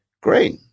Great